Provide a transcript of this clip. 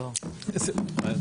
בניגוד